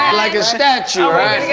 like a statue alright.